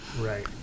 right